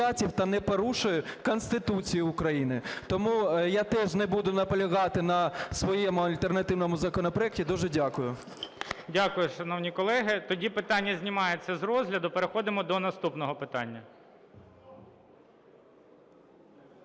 та не порушує Конституцію України. Тому я теж не буду наполягати на своєму альтернативному законопроекті. Дуже дякую. ГОЛОВУЮЧИЙ. Дякую, шановні колеги. Тоді питання знімається з розгляду і переходимо до наступного питання.